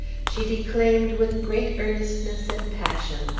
she declaimed with great earnestness and passion,